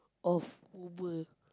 of Uber